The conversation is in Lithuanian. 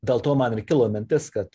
dėl to man ir kilo mintis kad